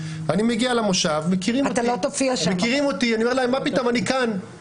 אתה מאפשר כאן שיהיו שתי כתובות לאדם,